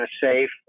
safe